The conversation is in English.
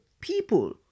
people